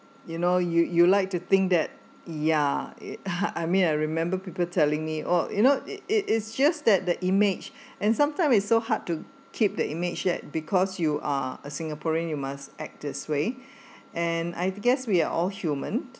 you know you you like to think that ya it I mean I remember people telling me oh you know it it is just that the image and sometimes it's so hard to keep the image yet because you are a singaporean you must act this way and I guess we are all human